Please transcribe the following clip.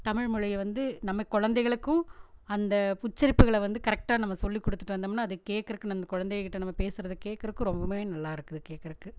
தமிழ் மொழியை வந்து நம்ம குழந்தைகளுக்கும் அந்த உச்சரிப்புகளை வந்து கரெக்டாக நம்ம சொல்லிக் கொடுத்துட்டு வந்தோம்னால் அது கேட்கறக்கு நம்ம குழந்தைங்கள் கிட்டே நம்ம பேசுகிறத கேட்கறதுக்கு ரொம்ப ரொம்பவே நல்லா இருக்குது கேட்கறக்கு